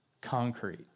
concrete